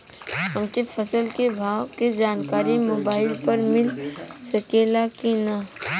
हमके फसल के भाव के जानकारी मोबाइल पर मिल सकेला की ना?